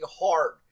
hard